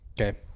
okay